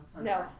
No